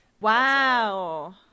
Wow